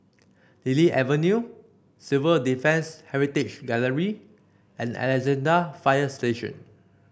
Lily Avenue Civil Defence Heritage Gallery and Alexandra Fire Station